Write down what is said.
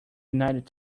united